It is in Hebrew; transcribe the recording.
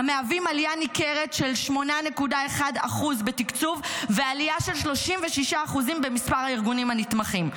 עלייה ניכרת של 8.1% בתקצוב ועלייה של 36% במספר הארגונים הנתמכים.